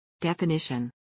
Definition